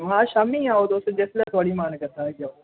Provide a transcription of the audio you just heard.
हां शामी गै आओ तुस जिसले थुआढ़ा मन करदा आई आओ